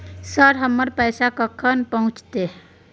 Sir, हमर पैसा कखन पहुंचतै?